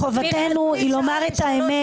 חובתנו היא לומר את האמת